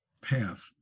path